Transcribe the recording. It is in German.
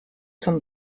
zum